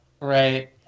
Right